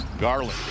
Garland